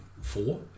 four